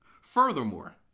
Furthermore